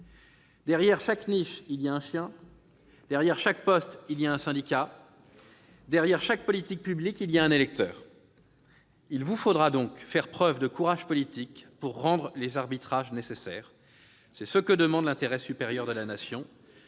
Derrière chaque niche, il y a un chien ; derrière chaque poste, il y a un syndicat ; Eh oui ...... derrière chaque politique publique, il y a un électeur. Il vous faudra donc faire preuve de courage politique pour rendre les arbitrages nécessaires. C'est ce que commande l'intérêt supérieur de la Nation.